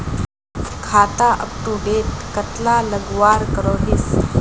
खाता अपटूडेट कतला लगवार करोहीस?